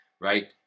right